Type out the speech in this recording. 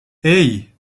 hey